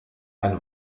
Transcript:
ein